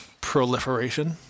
proliferation